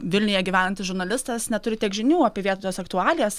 vilniuje gyvenantis žurnalistas neturi tiek žinių apie vietos aktualijas